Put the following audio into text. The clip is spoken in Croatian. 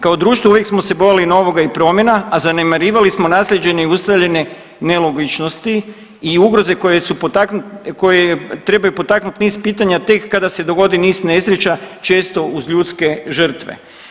Kao društvo uvijek smo se bojali novoga i promjena, a zanemarivali smo naslijeđene i ustaljene nelogičnosti i ugroze koje su, koje trebaju potaknuti niz pitanja tek kada se dogode niz nesreća često uz ljudske žrtve.